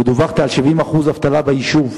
ודווחתי על כ-70% אבטלה ביישוב.